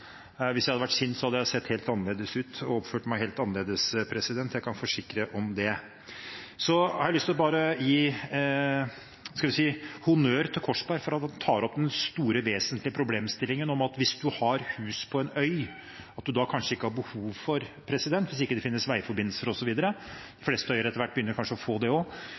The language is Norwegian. Hvis jeg hadde vært sint, hadde jeg sett helt annerledes ut og oppført meg helt annerledes, jeg kan forsikre om det. Jeg har lyst til å gi – hva skal jeg si – honnør til Korsberg for at han tar opp den store, vesentlige problemstillingen om at hvis man har hus på en øy, har man kanskje ikke behov for dette hvis ikke det finnes veiforbindelse osv. – de fleste øyer begynner kanskje å få det også. Hvis ikke det finnes veiforbindelse og